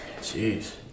Jeez